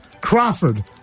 Crawford